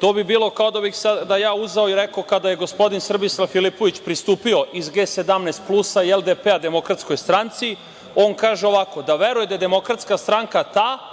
To bi bilo kao kada bih sada uzeo i rekao da je gospodin Srbislav Filipović pristupio iz G17 plus i LDP, Demokratskoj stranci. On kaže ovako, da veruje da je DS ta, kako je